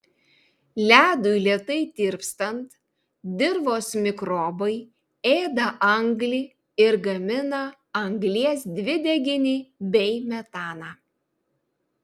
ledui lėtai tirpstant dirvos mikrobai ėda anglį ir gamina anglies dvideginį bei metaną